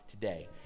today